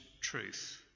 truth